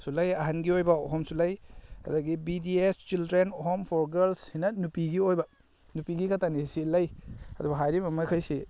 ꯁꯨ ꯂꯩ ꯑꯍꯟꯒꯤ ꯑꯣꯏꯕ ꯍꯣꯝꯁꯨ ꯂꯩ ꯑꯗꯨꯗꯒꯤ B D S children home for girls ꯑꯁꯤꯅ ꯅꯨꯄꯤꯒꯤ ꯑꯣꯏꯕ ꯅꯨꯄꯤꯒꯤ ꯈꯛꯇꯅꯤ ꯁꯤ ꯂꯩ ꯑꯗꯨ ꯍꯥꯏꯔꯤꯕ ꯃꯈꯩꯁꯤ